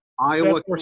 Iowa